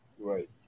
right